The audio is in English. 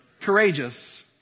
courageous